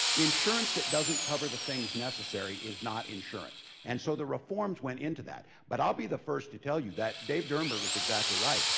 insurance that doesn't cover the things necessary is not insurance. and so the reforms went into that. but i'll be the first to tell you that dave durenberger is exactly right.